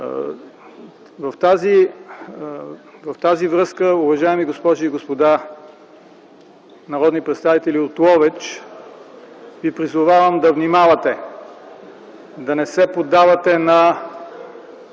с това, уважаеми госпожи и господа народни представители от Ловеч, ви призовавам да внимавате, да не се поддавате на